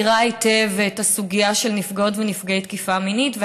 מכירה היטב את הסוגיה של נפגעות ונפגעי תקיפה מינית,